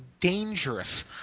dangerous